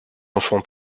enfants